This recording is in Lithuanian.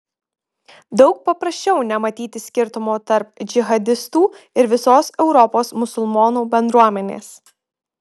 daug paprasčiau nematyti skirtumo tarp džihadistų ir visos europos musulmonų bendruomenės